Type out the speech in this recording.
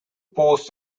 posts